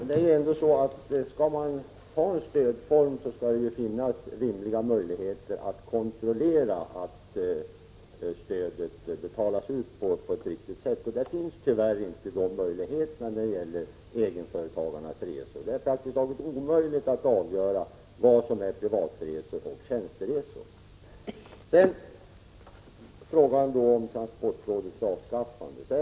Herr talman! Om man skall tillämpa en stödform måste det finnas rimliga möjligheter att kontrollera att stödet betalas ut på ett riktigt sätt. De möjligheterna finns tyvärr inte när det gäller egenföretagarnas resor. Det är praktiskt taget omöjligt att avgöra vad som är privatresor och vad som är tjänsteresor. Så till frågan om transportrådets avskaffande.